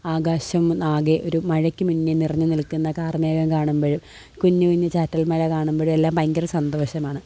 ആകാശം ആകെ ഒരു മഴയ്ക്ക് മുന്നെ നിറഞ്ഞ് നിൽക്കുന്ന കാർമേഘം കാണുമ്പോഴും കുഞ്ഞ് കുഞ്ഞ് ചാറ്റൽ മഴ കാണുമ്പോഴും എല്ലാം ഭയങ്കര സന്തോഷമാണ്